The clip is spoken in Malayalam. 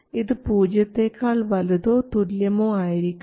ഇത് പൂജ്യത്തെക്കാൾ വലുതോ തുല്യമോ ആയിരിക്കണം